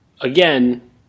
again